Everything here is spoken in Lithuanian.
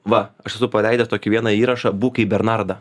va aš esu paleidęs tokį vieną įrašą būk kaip bernarda